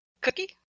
Cookie